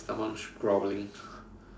my stomach's growling